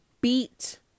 beat